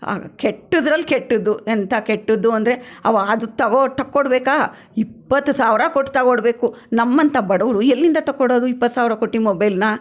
ಕೆಟ್ಟದ್ರಲ್ಲಿ ಕೆಟ್ಟದ್ದು ಎಂಥಾ ಕೆಟ್ಟದ್ದು ಅಂದರೆ ಅವು ಅದು ತಗೋ ತಗೊಡ್ಬೇಕಾ ಇಪ್ಪತ್ತು ಸಾವಿರ ಕೊಟ್ಟು ತಗೊಡ್ಬೇಕು ನಮ್ಮಂಥ ಬಡವರು ಎಲ್ಲಿಂದ ತಗೊಡೋದು ಇಪ್ಪತ್ತು ಸಾವಿರ ಕೊಟ್ಟು ಮೊಬೈಲ್ನ